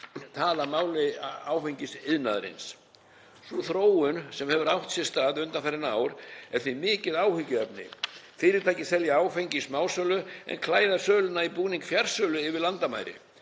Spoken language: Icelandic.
tala máli áfengisiðnaðarins. Sú þróun sem hefur átt sér stað undanfarin ár er því mikið áhyggjuefni. Fyrirtæki selja áfengi í smásölu en klæða söluna í búning fjarsölu yfir landamæri.